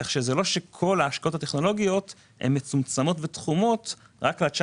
כך לא כל ההשקעות הטכנולוגיות מצומצמות ותחומות רק לערוץ הזה,